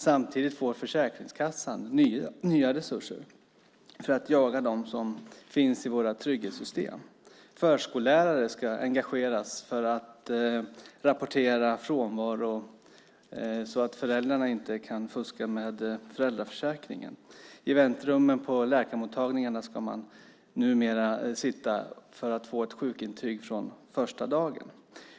Samtidigt får Försäkringskassan nya resurser för att jaga dem som finns i våra trygghetssystem. Förskollärare ska engageras för att rapportera frånvaro så att föräldrarna inte kan fuska med föräldraförsäkringen. I väntrummen på läkarmottagningarna ska man numera sitta för att få ett sjukintyg från första dagen.